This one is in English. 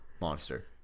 monster